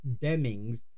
Demings